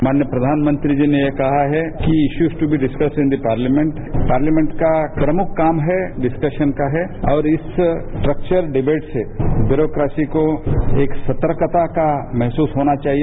माननीय प्रधानमंत्री जी ने यह कहा है कि issue to discuss in the parliament parliament का प्रमुख काम डिस्कसन का है और स्ट्रक्चर्ड डिबेट डेरोक्रेसी को एक सतर्कता का महसूस होना चाहिए